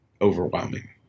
overwhelming